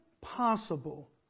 possible